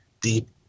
deep